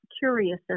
curious